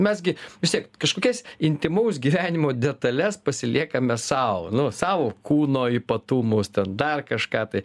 mes gi vis tiek kažkokias intymaus gyvenimo detales pasiliekame sau nu savo kūno ypatumus ten dar kažką tai